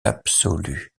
absolu